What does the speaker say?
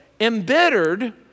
Embittered